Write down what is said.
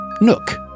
nook